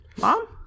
mom